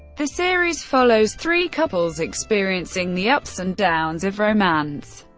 the series follows three couples experiencing the ups-and-downs of romance,